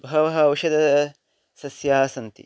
बहवः औषधसस्याः सन्ति